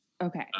Okay